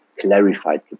clarified